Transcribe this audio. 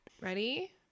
Ready